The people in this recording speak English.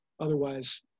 Otherwise